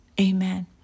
amen